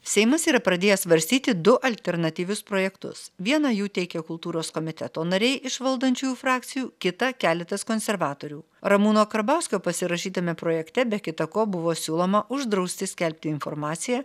seimas yra pradėjęs svarstyti du alternatyvius projektus vieną jų teikia kultūros komiteto nariai iš valdančiųjų frakcijų kitą keletas konservatorių ramūno karbauskio pasirašytame projekte be kita ko buvo siūloma uždrausti skelbti informaciją